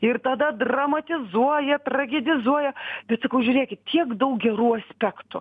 ir tada dramatizuoja tragedizuoja tai sakau žiūrėkit tiek daug gerų aspektų